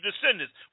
descendants